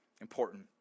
important